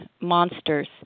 monsters